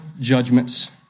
judgments